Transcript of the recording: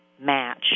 match